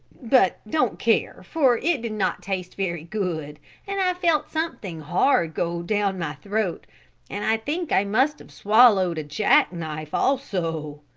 but don't care for it did not taste very good and i felt something hard go down my throat and i think i must have swallowed a jack-knife also.